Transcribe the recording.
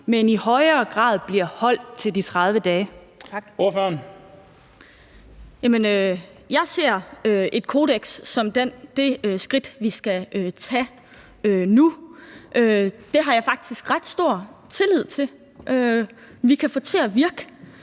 Kl. 19:02 Katrine Robsøe (RV): Jeg ser et kodeks som det skridt, vi skal tage nu. Det har jeg faktisk ret stor tillid til at vi kan få til at virke,